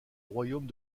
royaume